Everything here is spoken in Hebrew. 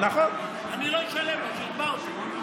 אני לא אשלם לו, שיתבע אותי.